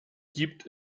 gibt